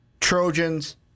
Trojans